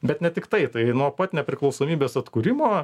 bet ne tiktai tai nuo pat nepriklausomybės atkūrimo